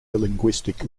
linguistic